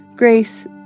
Grace